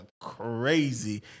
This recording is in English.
crazy